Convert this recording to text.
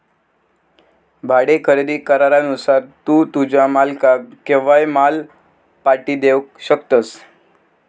भाडे खरेदी करारानुसार तू तुझ्या मालकाक केव्हाय माल पाटी देवक शकतस